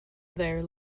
there